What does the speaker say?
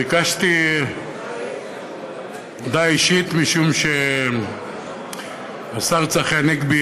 ביקשתי הודעה אישית משום שהשר צחי הנגבי,